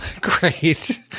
Great